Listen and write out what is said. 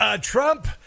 Trump